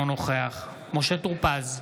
אינו נוכח משה טור פז,